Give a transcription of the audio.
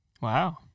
Wow